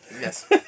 Yes